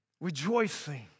rejoicing